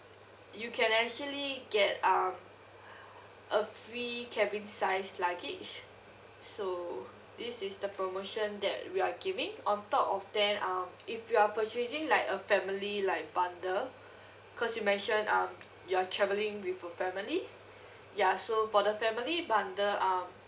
you can actually get um a free cabin size luggage so this is the promotion that we're giving on top of that um if you're purchasing like a family like bundle because you mention um you're travelling with your family ya so for the family bundle um